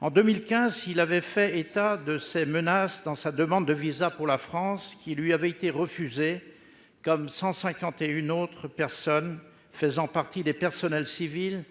En 2015, il avait fait état de ces menaces dans sa demande de visa pour la France, qui lui avait été refusée, comme ce fut aussi le cas pour 151 autres personnes faisant partie des personnels civils